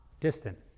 distant